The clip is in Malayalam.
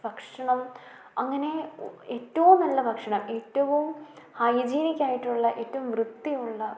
ഭക്ഷണം അങ്ങനെ ഏറ്റവും നല്ല ഭക്ഷണം എറ്റവും ഹൈജീനിക്കായിട്ടുള്ള എറ്റവും വൃത്തിയുള്ള